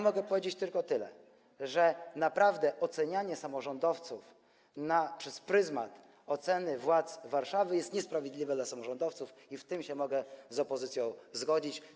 Mogę powiedzieć tylko tyle: naprawdę ocenianie samorządowców przez pryzmat oceny władz Warszawy jest niesprawiedliwe dla samorządowców i co do tego mogę się z opozycją zgodzić.